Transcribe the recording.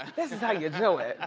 this is how you do